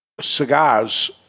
cigars